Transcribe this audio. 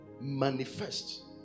manifest